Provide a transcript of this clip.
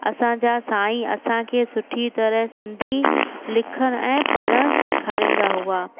असांजा साईं असांखे सुठी तरह सिंधी लिखण ऐं पढ़णु सेखारींदा हुआ